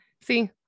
see